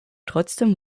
trotzdem